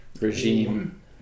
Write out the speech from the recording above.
regime